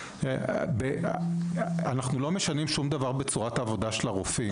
אנחנו לא משנים שום דבר בצורת העבודה של הרופאים.